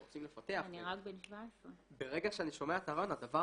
רוצים לפתח -- רק בן 17... ברגע שאני שומע אותם הדבר